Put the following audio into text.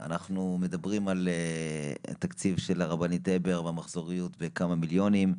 אנחנו מדברים על תקציב של הרבנית הבר במחזוריות של כמה מיליונים.